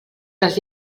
les